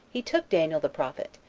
he took daniel the prophet,